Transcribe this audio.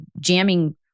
jamming